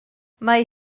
mae